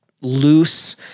loose